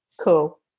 Cool